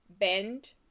bend